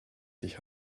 sich